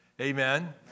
Amen